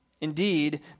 Indeed